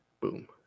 Boom